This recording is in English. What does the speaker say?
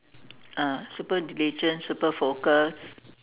ah super diligent super focused